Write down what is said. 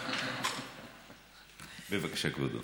בבקשה, כבודו.